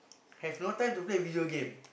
have no time to play video game